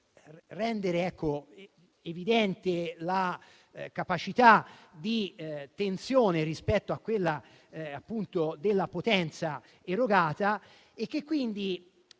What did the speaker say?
rendere evidente la capacità di tensione rispetto a quella della potenza erogata. Per questo,